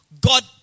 God